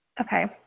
Okay